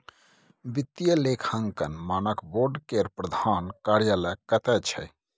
वित्तीय लेखांकन मानक बोर्ड केर प्रधान कार्यालय कतय छै